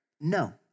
No